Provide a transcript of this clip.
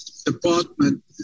Department